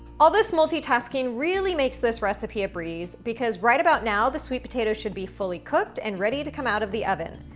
all this multitasking really makes this recipe a breeze, because right about now the sweet potato should be fully cooked and ready to come out of the oven.